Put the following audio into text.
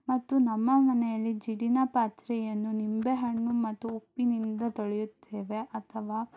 ಮತ್ತು ನಮ್ಮ ಮನೆಯಲ್ಲಿ ಜಿಡ್ಡಿನ ಪಾತ್ರೆಯನ್ನು ನಿಂಬೆಹಣ್ಣು ಮತ್ತು ಉಪ್ಪಿನಿಂದ ತೊಳೆಯುತ್ತೇವೆ ಅಥವಾ